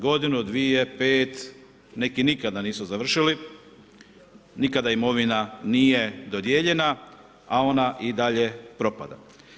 Godinu, dvije, pet neki nikad nisu završili, nikada imovina nije dodijeljena, a ona i dalje propada.